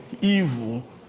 evil